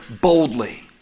boldly